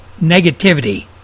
negativity